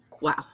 Wow